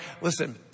Listen